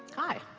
hi.